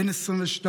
בן 22,